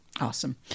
Awesome